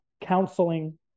counseling